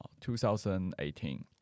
2018